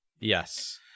Yes